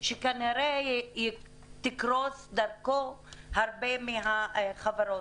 שכנראה יקרסו דרכו הרבה מהחברות.